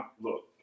look